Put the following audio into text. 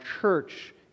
church